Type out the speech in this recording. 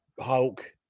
Hulk